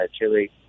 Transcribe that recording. chili